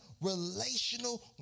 relational